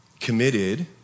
Committed